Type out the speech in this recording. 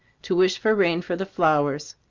to wish for rain for the flowers.